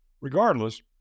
Regardless